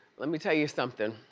let me tell you somethin',